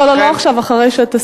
לא, לא עכשיו, אחרי שתסיים.